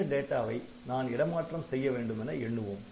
சில டேட்டாவை நான் இடமாற்றம் செய்ய வேண்டுமென எண்ணுவோம்